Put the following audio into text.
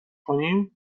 کنیم